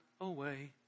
away